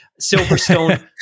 Silverstone